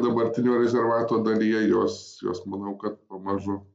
dabartinio rezervato dalyje jos jos manau kad pamažu